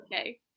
okay